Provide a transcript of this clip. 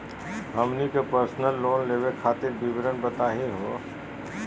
हमनी के personal loan लेवे खातीर विवरण बताही हो?